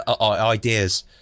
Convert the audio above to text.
ideas